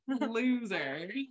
loser